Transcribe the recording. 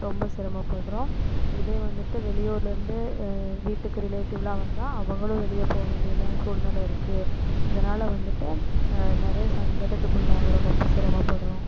ரொம்ப சிரமபடுறோம் இதே வந்துட்டு வெளியூர்லேருந்து வீட்டுக்கு ரிலேட்டிவெல்லாம் வந்தால் அவர்களும் வெளிய போக வேண்டியதாக சூழ்நிலை இருக்குது இதனால் வந்துட்டு நிறையா சங்கடத்துக்கு உள்ளாகிறோம் ரொம்ப சிரமபடுறோம்